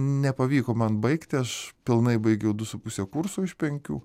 nepavyko man baigti aš pilnai baigiau du su puse kurso iš penkių